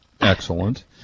Excellent